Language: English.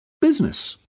business